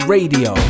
Radio